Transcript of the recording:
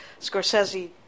Scorsese